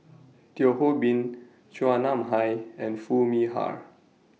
Teo Ho Pin Chua Nam Hai and Foo Mee Har